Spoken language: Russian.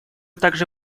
также